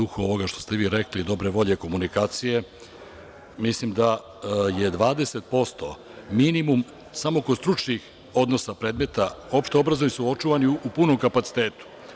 U duhu ovoga što ste vi rekli, dobre volje, komunikacije, mislim da je 20% minimum samo kod stručnih odnosa predmeta, opšte obrazovni su očuvani u punom kapacitetu.